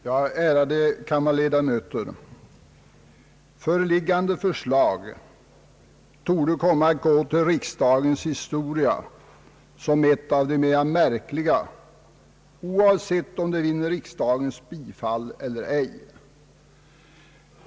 Herr talman, ärade kammarledamöter! Föreliggande förslag torde komma att gå till riksdagens historia som ett av de mera märkliga, oavsett om de vinner riksdagens bifall eller ej.